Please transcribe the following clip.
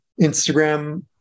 Instagram